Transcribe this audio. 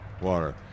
water